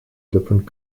different